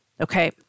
Okay